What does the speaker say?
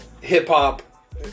hip-hop